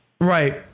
Right